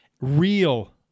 Real